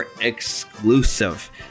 exclusive